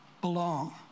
belong